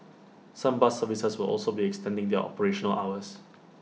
some bus services will also be extending their operational hours